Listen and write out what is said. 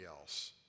else